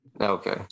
Okay